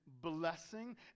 blessing